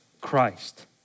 Christ